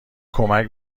کمک